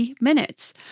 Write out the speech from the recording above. minutes